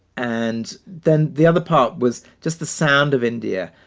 and then the other part was just the sound of india.